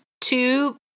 two